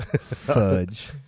Fudge